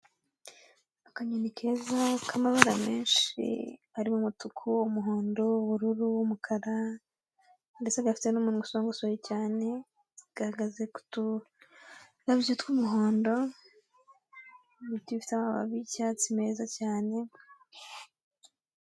Akanyoni keza k'amabara menshi arimo umutuku, umuhondo, ubururu, umukara, ndetse gafite n'umunwa usongosoye cyane, gahagaze ku turabyo tw'umuhondo, n'ibiti bifite amababi yi'cyatsi meza cyane.